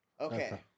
Okay